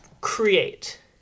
create